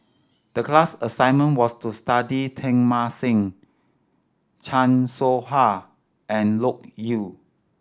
the class assignment was to study Teng Mah Seng Chan Soh Ha and Loke Yew